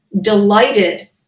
delighted